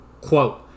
quote